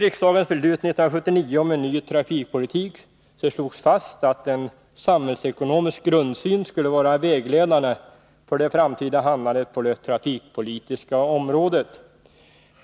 I riksdagens beslut 1979 om en ny trafikpolitik slogs fast att en samhällsekonomisk grundsyn skulle vara vägledande för det framtida handlandet på det trafikpolitiska området.